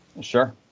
Sure